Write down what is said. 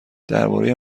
درباره